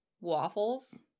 waffles